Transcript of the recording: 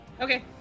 Okay